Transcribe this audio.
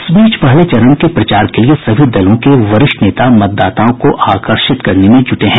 इस बीच पहले चरण के प्रचार के लिए सभी दलों के वरिष्ठ नेता मतदाताओं को आकर्षित करने में जुटे हैं